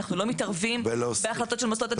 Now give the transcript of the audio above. אננו לא מתערבים בהחלטות של מוסדות התכנון,